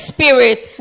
Spirit